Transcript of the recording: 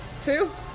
two